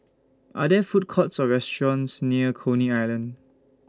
Are There Food Courts Or restaurants near Coney Island